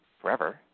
forever